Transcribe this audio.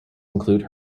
include